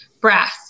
brass